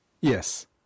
Yes